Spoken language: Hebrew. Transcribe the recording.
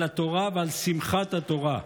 על התורה ועל שמחת תורה.